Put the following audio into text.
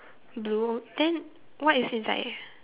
blue then what is inside